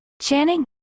Channing